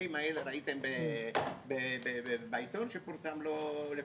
מהצילומים ראיתם בעיתון שפורסם לפני כחודש.